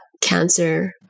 cancer